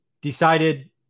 decided